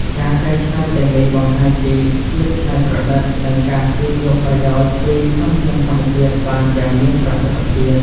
ការកែច្នៃទាំងនេះបង្ហាញពីភាពច្នៃប្រឌិត និងការទាញយកប្រយោជន៍ពីធនធានធម្មជាតិបានយ៉ាងមានប្រសិទ្ធភាព។